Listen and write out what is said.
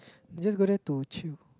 just go there to chill